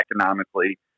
economically